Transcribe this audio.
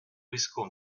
risquons